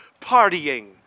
partying